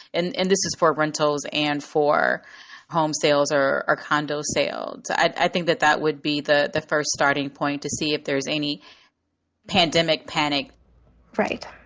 and and this is for rentals and for home sales or or condo sales. so i think that that would be the the first starting point to see if there's any pandemic panic right.